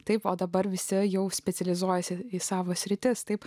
taip o dabar visi jau specializuojasi į savo srities taip